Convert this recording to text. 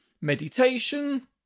meditation